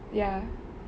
ya